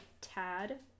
tad